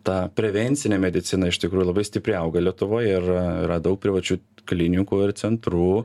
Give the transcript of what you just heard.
ta prevencinė medicina iš tikrųjų labai stipriai auga lietuvoj ir yra daug privačių klinikų ir centrų